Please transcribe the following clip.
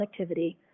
connectivity